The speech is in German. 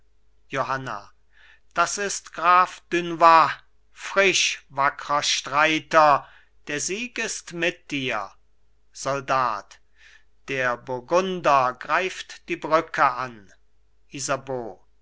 johanna das ist graf dunois frisch wackrer streiter der sieg ist mit dir soldat der burgunder greift die brücke an isabeau